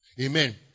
Amen